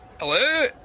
Hello